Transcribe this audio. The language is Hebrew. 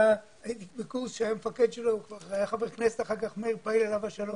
הייתי בקורס שהמפקד שלו היה אחר כך חבר כנסת מאיר פעיל עליו השלום.